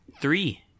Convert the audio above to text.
three